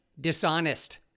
dishonest